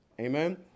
Amen